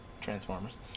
Transformers